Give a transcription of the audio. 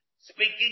speaking